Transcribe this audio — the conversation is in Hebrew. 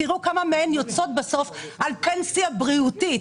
תראו כמה מהן יוצאות בסוף על פנסיה בריאותית.